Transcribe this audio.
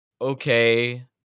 okay